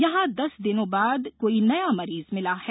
यहां दस दिनों बाद कोई नया मरीज मिला है